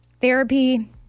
therapy